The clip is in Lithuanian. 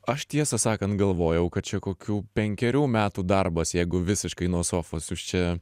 aš tiesą sakant galvojau kad čia kokių penkerių metų darbas jeigu visiškai nuo sofos jūs čia